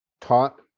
taught